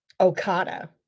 Okada